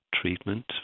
treatment